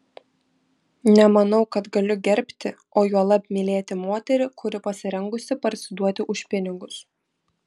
nemanau kad galiu gerbti o juolab mylėti moterį kuri pasirengusi parsiduoti už pinigus